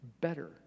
better